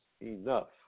enough